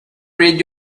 read